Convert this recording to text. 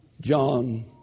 John